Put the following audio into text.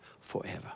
forever